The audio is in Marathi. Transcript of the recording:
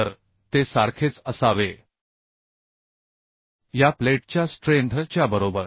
तर ते सारखेच असावे या प्लेटच्या स्ट्रेंथ च्या बरोबर